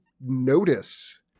notice